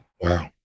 Wow